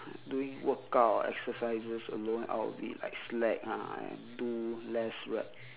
doing workout or exercises alone I will be like slack ah and do less rep